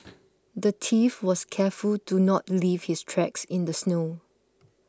the thief was careful to not leave his tracks in the snow